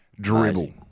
dribble